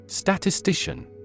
Statistician